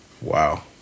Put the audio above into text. wow